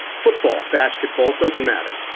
football, basketball doesn't matter.